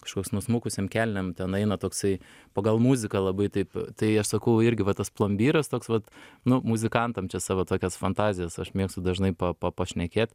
kažkoks nusmukusiom kelnėm ten eina toksai pagal muziką labai taip tai aš sakau irgi va tas plombyras toks vat nu muzikantam čia savo tokias fantazijas aš mėgstu dažnai pa pa pašnekėt